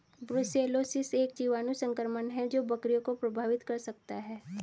brucellosis एक जीवाणु संक्रमण है जो बकरियों को प्रभावित कर सकता है